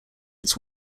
its